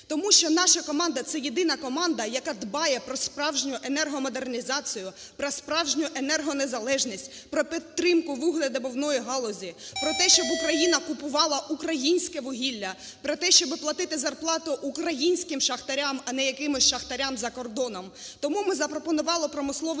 Тому що наша команда – це єдина команда, яка дбає про справжню енергомодернізацію, про справжню енергонезалежність, про підтримку вугледобувної галузі, про те, щоб Україна купувала українське вугілля, про те, щоб платити зарплату українським шахтарям, а не якимось шахтарям за кордоном. Тому ми запропонували промисловий